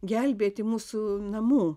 gelbėti mūsų namų